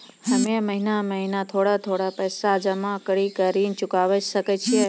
हम्मे महीना महीना थोड़ा थोड़ा पैसा जमा कड़ी के ऋण चुकाबै सकय छियै?